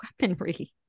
weaponry